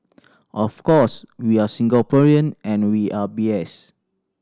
of course we are Singaporean and we are